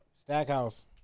Stackhouse